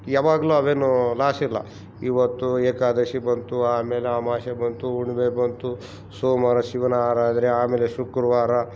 ಯಾವಾಗಲು ಅವೇನು ಲಾಸ್ ಇಲ್ಲ ಇವತ್ತು ಏಕಾದಶಿ ಬಂತು ಆಮೇಲೆ ಅಮ್ವಾಸೆ ಬಂತು ಹುಣ್ಮೆ ಬಂತು ಸೋಮವಾರ ಶಿವನ ಆರಾಧನೆ ಆಮೇಲೆ ಶುಕ್ರವಾರ